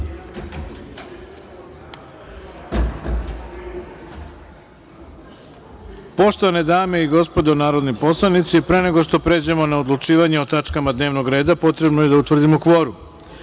radom. Poštovane dame i gospodo narodni poslanici, pre nego što pređemo na odlučivanje o tačkama dnevnog reda potrebno je da utvrdimo